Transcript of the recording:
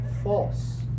False